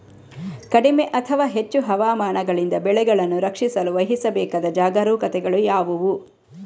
ಕಡಿಮೆ ಅಥವಾ ಹೆಚ್ಚು ಹವಾಮಾನಗಳಿಂದ ಬೆಳೆಗಳನ್ನು ರಕ್ಷಿಸಲು ವಹಿಸಬೇಕಾದ ಜಾಗರೂಕತೆಗಳು ಯಾವುವು?